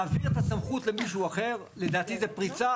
להעביר את הסמכות למישהו אחר לדעתי זו פריצה.